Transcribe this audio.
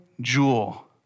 jewel